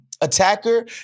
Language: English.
attacker